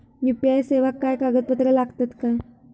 UPI सेवाक काय कागदपत्र लागतत काय?